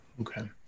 Okay